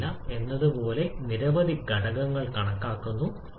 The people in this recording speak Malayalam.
അതിനാൽ ഈ സിവി വർദ്ധിക്കുന്നു 1